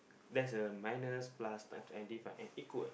that's a minus plus times and divide and equal